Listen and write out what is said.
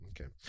Okay